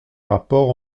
rapports